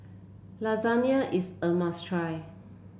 Lasagne is a must try